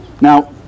Now